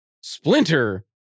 splinter